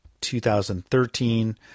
2013